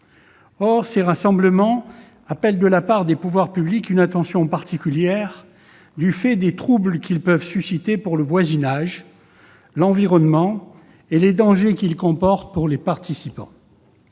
Ces rassemblements appellent de la part des pouvoirs publics une attention particulière, du fait des troubles qu'ils peuvent susciter pour le voisinage, l'environnement et des dangers qu'ils comportent pour les participants.